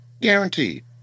guaranteed